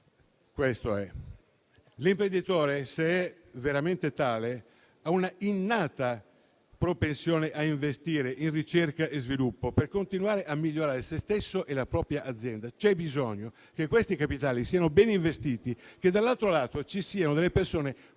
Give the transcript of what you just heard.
persone. L'imprenditore, se veramente tale, ha una innata propensione a investire in ricerca e sviluppo; per continuare a migliorare se stesso e la propria azienda c'è bisogno che i capitali siano ben vestiti e, dall'altro lato, ci siano delle persone formate